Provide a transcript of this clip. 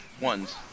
ones